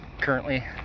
currently